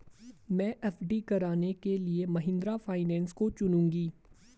मैं एफ.डी कराने के लिए महिंद्रा फाइनेंस को चुनूंगी